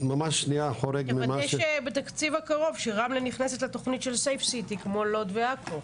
תוודא בתקציב הקרוב שרמלה נכנסת לתוכנית של safe city כמו לוד ועכו.